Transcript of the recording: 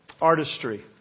artistry